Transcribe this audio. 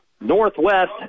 northwest